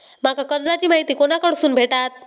माका कर्जाची माहिती कोणाकडसून भेटात?